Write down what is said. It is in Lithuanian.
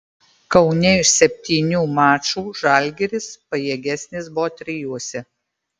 kaune iš septynių mačų žalgiris pajėgesnis buvo trijuose